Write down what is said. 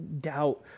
doubt